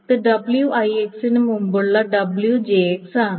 ഇത് wi ന് മുമ്പുള്ള wj ആണ്